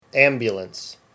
Ambulance